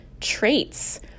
traits